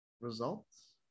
results